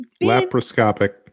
laparoscopic